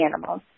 animals